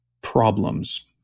problems